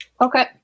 Okay